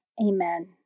Amen